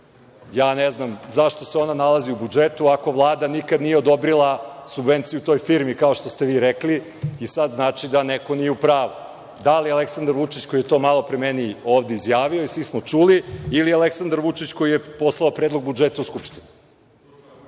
Ja ne znam zašto se ona nalazi u budžetu ako Vlada nikada nije odobrila subvencije u toj firmi, kao što ste vi rekli? Sada to znači da neko nije u pravu, da li Aleksandar Vučić koji je to malopre meni ovde izjavio i svi smo čuli, ili Aleksandar Vučić koji je poslao Predlog budžeta u Skupštinu?